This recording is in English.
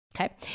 Okay